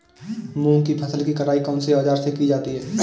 मूंग की फसल की कटाई कौनसे औज़ार से की जाती है?